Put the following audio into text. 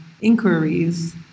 inquiries